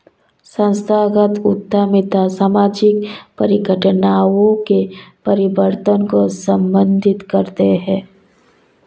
संस्थागत उद्यमिता सामाजिक परिघटनाओं के परिवर्तन को संबोधित करती है